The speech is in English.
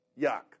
yuck